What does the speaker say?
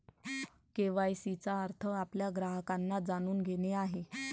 KYC चा अर्थ आपल्या ग्राहकांना जाणून घेणे आहे